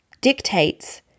dictates